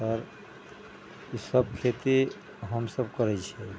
आओर ईसभ खेती हम सभ करै छियै